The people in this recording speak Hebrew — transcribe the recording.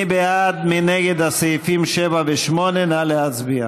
הסתייגות מס'